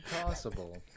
Impossible